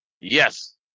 Yes